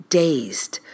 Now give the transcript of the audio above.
dazed